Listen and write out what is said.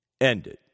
ended